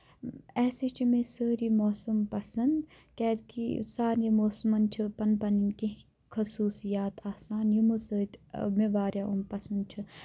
ایسے چھِ مےٚ سٲری موسم پَسند کِیازِ کہِ سارنٕے موسمَن چھِ پَنٕنۍ پَنٕنۍ کینٛہہ خصوٗصیات آسان یمو سۭتۍ مےٚ واریاہ یِم پَسند چھِ